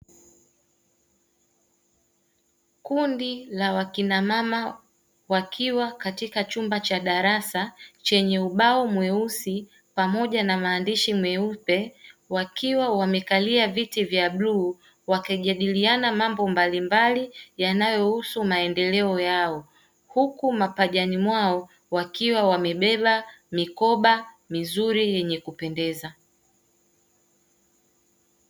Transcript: Kundi la wakina mama wakiwa katika chumba cha darasa chenye ubao mweusi pamoja na maandishi meupe wakiwa wamekalia viti vya bluu wakajadiliana mambo mbalimbali yanayohusu maendeleo yao, huku mapajani mwao wakiwa wamebeba mikoba mizuri yenye kupendeza.